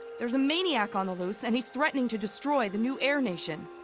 there's a maniac on the loose and he's threatening to destroy the new air nation.